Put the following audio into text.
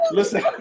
listen